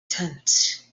tent